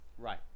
Right